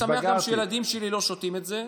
אני שמח גם שהילדים שלי לא שותים את זה.